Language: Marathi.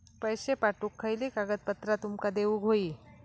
पैशे पाठवुक खयली कागदपत्रा तुमका देऊक व्हयी?